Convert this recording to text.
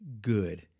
good